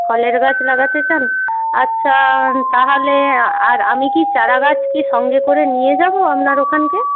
ফলের গাছ লাগাতে চান আচ্ছা তাহলে আর আমি কি চারাগাছ কি সঙ্গে করে নিয়ে যাব আপনার ওখানকে